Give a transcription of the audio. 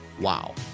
wow